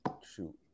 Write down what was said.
Shoot